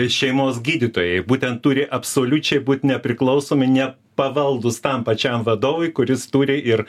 šeimos gydytojai būtent turi absoliučiai būt nepriklausomi nepavaldūs tam pačiam vadovui kuris turi ir